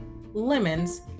Lemons